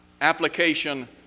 application